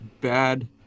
bad